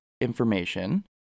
information